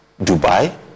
Dubai